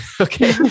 okay